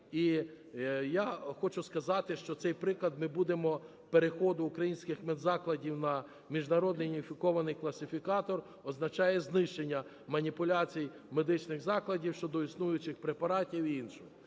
я хочу сказати, що цей приклад ми будемо, переходу українських медзакладів на міжнародний уніфікований класифікатор, означає знищення маніпуляцій медичних закладів щодо існуючих препаратів і іншого.